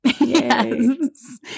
Yes